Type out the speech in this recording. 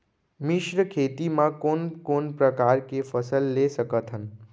मिश्र खेती मा कोन कोन प्रकार के फसल ले सकत हन?